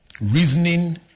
reasoning